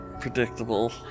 predictable